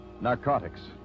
narcotics